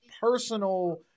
personal